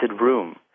room